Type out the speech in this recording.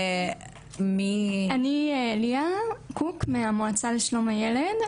אני ליה קוק מהמועצה לשלום הילד,